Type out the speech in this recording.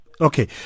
Okay